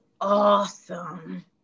awesome